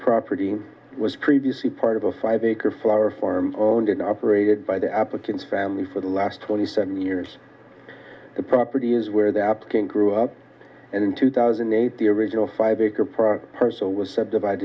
property was previously part of a five acre flower farm owned and operated by the applicant's family for the last twenty seven years the property is where the applicant grew up and in two thousand and eight the original five acre per person was subdivide